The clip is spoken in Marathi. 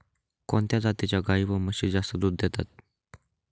कोणत्या जातीच्या गाई व म्हशी जास्त दूध देतात?